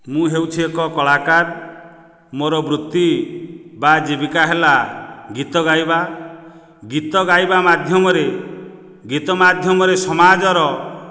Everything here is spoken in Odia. ମୁଁ ହେଉଛି ଏକ କଳାକାର ମୋର ବୃତ୍ତି ବା ଜୀବିକା ହେଲା ଗୀତ ଗାଇବା ଗୀତ ଗାଇବା ମାଧ୍ୟମରେ ଗୀତ ମାଧ୍ୟମରେ ସମାଜର